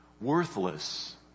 Worthless